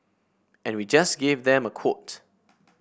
and we just gave them a quote